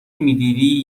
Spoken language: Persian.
میدیدی